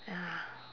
ya